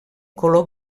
color